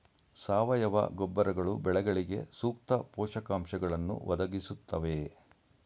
ಸಾವಯವ ಗೊಬ್ಬರಗಳು ಬೆಳೆಗಳಿಗೆ ಸೂಕ್ತ ಪೋಷಕಾಂಶಗಳನ್ನು ಒದಗಿಸುತ್ತವೆಯೇ?